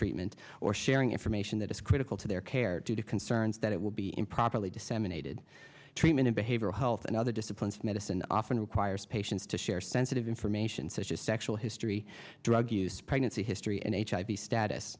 treatment or sharing information that is critical to their care due to concerns that it will be improperly disseminated treatment of behavioral health and other disciplines medicine often requires patients to share sensitive information such as sexual history drug use pregnancy history and hiv status